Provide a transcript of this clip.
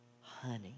honey